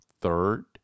third